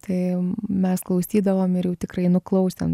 tai mes klausydavom ir jau tikrai nuklausėm